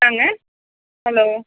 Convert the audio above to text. சொல்லுங்கள் ஹலோ